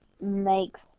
makes